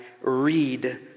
Read